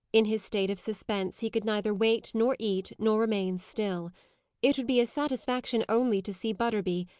in his state of suspense, he could neither wait, nor eat, nor remain still it would be a satisfaction only to see butterby,